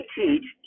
teach